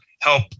help